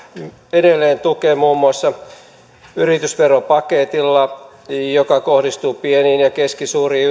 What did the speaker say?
edelleen tukee muun muassa yritysveropaketilla joka kohdistuu pieniin ja ja keskisuuriin